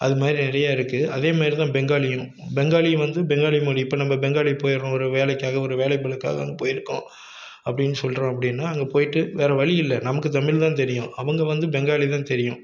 அது மாதிரி நிறையா இருக்குது அதே மாரி தான் பெங்காலியும் பெங்காலியும் வந்து பெங்காலி மொழி இப்ப நம்ப பெங்காலி போறோம் ஒரு வேலைக்காக ஒரு வேலைபளுக்காக அங்கே போயிருக்கோம் அப்டின்னு சொல்றோம் அப்படின்னால் அங்கே போய்ட்டு வேற வழி இல்லை நமக்கு தமிழ் தான் தெரியும் அவங்க வந்து பெங்காலி தான் தெரியும்